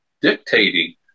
dictating